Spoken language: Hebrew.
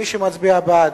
מי שמצביע בעד,